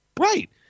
Right